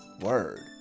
word